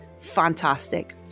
fantastic